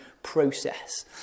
process